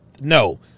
no